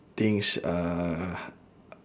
things uh